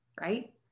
right